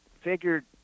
figured